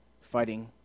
fighting